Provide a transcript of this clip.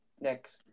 next